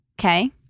Okay